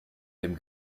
dem